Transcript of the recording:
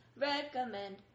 recommend